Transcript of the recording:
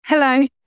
Hello